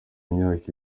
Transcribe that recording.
imyaka